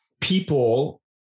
people